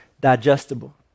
digestible